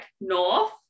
north